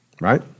Right